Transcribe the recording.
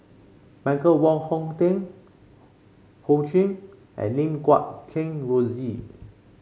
Michael Wong Hong Teng Ho Ching and Lim Guat Kheng Rosie